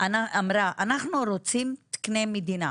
אמרה שאנחנו רוצים תקני מדינה,